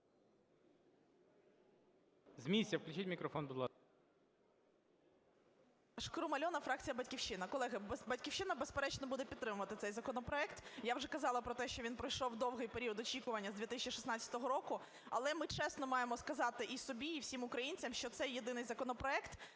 З місця, включіть мікрофон, будь ласка.